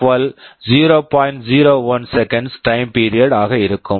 01 seconds seconds time period time period ஆக இருக்கும்